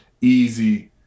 easy